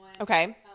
okay